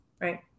Right